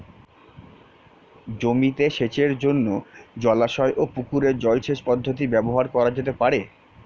জমিতে সেচের জন্য জলাশয় ও পুকুরের জল সেচ পদ্ধতি ব্যবহার করা যেতে পারে?